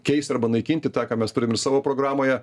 keist arba naikinti tą ką mes turim ir savo programoje